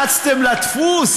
רצתם לדפוס,